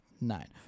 nine